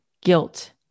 guilt